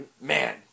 Man